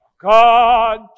God